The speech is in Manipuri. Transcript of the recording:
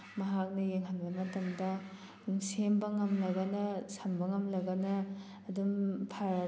ꯃꯍꯥꯛꯅ ꯌꯦꯡꯍꯟꯕ ꯃꯇꯝꯗ ꯁꯦꯝꯕ ꯉꯝꯃꯒꯅ ꯁꯝꯕ ꯉꯝꯂꯒꯅ ꯑꯗꯨꯝ ꯐꯔꯅꯤ